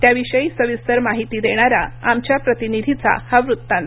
त्याविषयी सविस्तर माहिती देणारा आमच्या प्रतिनिधीचा हा वृत्तान्त